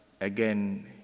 again